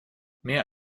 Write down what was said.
mehr